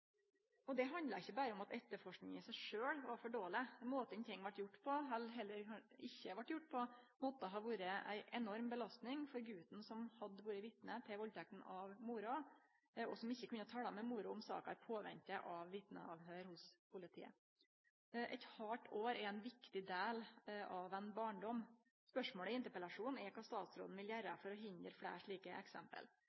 Det handlar ikkje berre om at etterforskinga i seg sjølv var for dårleg. Måten ting vart gjort på – eller ikkje vart gjort på – må ha vore ei enorm belastning for guten som hadde vore vitne til valdtekten av mora, og som ikkje kunne tale med mora om saka i påvente av vitneavhøyr hos politiet. Eit halvt år er ein viktig del av ein barndom. Spørsmålet i interpellasjonen er kva statsråden vil